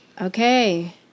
Okay